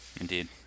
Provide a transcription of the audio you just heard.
Indeed